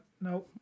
No